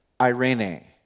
irene